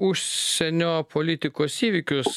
užsienio politikos įvykius